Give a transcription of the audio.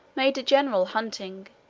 made a general hunting,